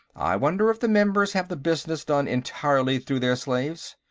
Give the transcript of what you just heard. i wonder if the members have the business done entirely through their slaves.